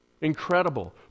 Incredible